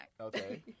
Okay